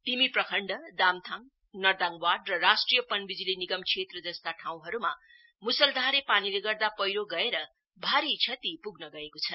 तिमी प्रखण्ड दामथाङ नर्दाङ वार्ड र राष्ट्रिय पनबिजुली निगम क्षेत्र जस्ता यस्ता ठाउँहरुमा मुसलधारे पानीले गर्दा पैह्रो गएर भारी श्रति पुग्न गएको छ